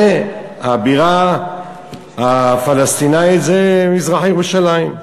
הבירה הפלסטינית זה מזרח-ירושלים.